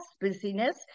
busyness